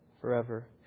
forever